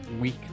week